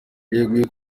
yeguye